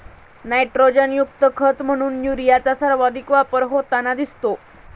नायट्रोजनयुक्त खत म्हणून युरियाचा सर्वाधिक वापर होताना दिसतो